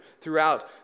throughout